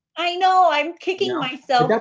i know! i'm kicking myself but